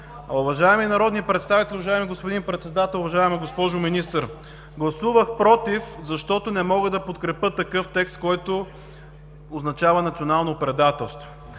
Уважаеми народни представители, уважаеми господин Председател, уважаема госпожо Министър! Гласувах против, защото не мога да подкрепя такъв текст, който означава национално предателство.